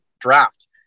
draft